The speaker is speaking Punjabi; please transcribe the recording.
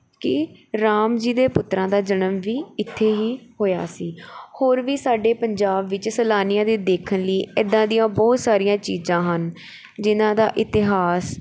ਕਿ ਰਾਮ ਜੀ ਦੇ ਪੁੱਤਰਾਂ ਦਾ ਜਨਮ ਵੀ ਇੱਥੇ ਹੀ ਹੋਇਆ ਸੀ ਹੋਰ ਵੀ ਸਾਡੇ ਪੰਜਾਬ ਵਿੱਚ ਸੈਲਾਨੀਆਂ ਦੇ ਦੇਖਣ ਲਈ ਐਦਾਂ ਦੀਆਂ ਬਹੁਤ ਸਾਰੀਆਂ ਚੀਜ਼ਾਂ ਹਨ ਜਿਹਨਾਂ ਦਾ ਇਤਿਹਾਸ